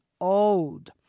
old